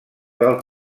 del